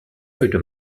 feuille